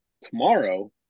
Tomorrow